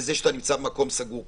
לזה שאתה נמצא במקום סגור.